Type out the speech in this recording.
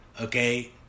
okay